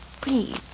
Please